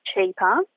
cheaper